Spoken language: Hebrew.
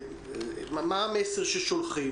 מה המסר ששולחים?